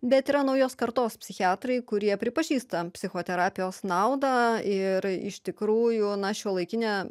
bet yra naujos kartos psichiatrai kurie pripažįsta psichoterapijos naudą ir iš tikrųjų na šiuolaikinė